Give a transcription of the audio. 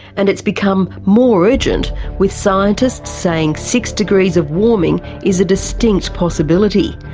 and it's become more urgent with scientists saying six degrees of warming is a distinct possibility,